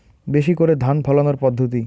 বেশি করে ধান ফলানোর পদ্ধতি?